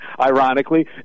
ironically